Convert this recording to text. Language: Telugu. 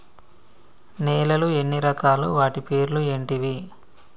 నేలలు ఎన్ని రకాలు? వాటి పేర్లు ఏంటివి?